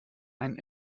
einen